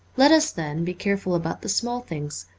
let us, then, be careful about the small things,